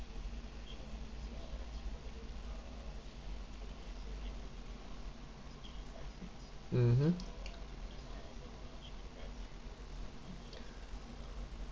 mmhmm